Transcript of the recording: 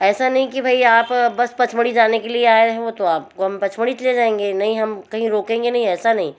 ऐसा नहीं कि भई आप बस पचमढ़ी जाने के लिए आए हो तो आपको हम पचमढ़ी ले जाएँगे नहीं हम कहीं रोकेंगे नहीं ऐसा नहीं